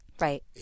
Right